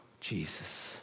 Jesus